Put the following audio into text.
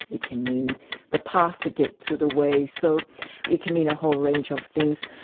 it can mean the path to get to the way. so it can mean a whole range of things.